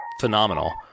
phenomenal